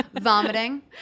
Vomiting